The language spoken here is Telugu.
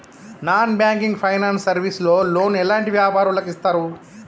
నాన్ బ్యాంకింగ్ ఫైనాన్స్ సర్వీస్ లో లోన్ ఎలాంటి వ్యాపారులకు ఇస్తరు?